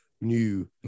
new